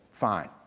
Fine